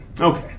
Okay